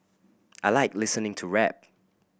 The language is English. I like listening to rap